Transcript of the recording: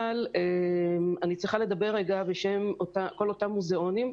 אבל אני צריכה לדבר רגע בשם כל אותם מוזיאונים,